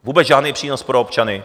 Vůbec žádný přínos pro občany.